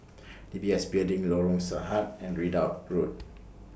D B S Building Lorong Sahad and Ridout Road